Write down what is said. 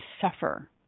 suffer